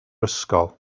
ysgol